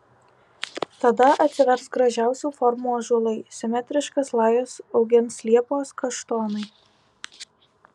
tada atsivers gražiausių formų ąžuolai simetriškas lajas augins liepos kaštonai